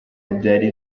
byari